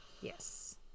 Yes